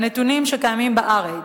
מהנתונים שקיימים בארץ,